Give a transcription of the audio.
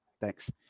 Thanks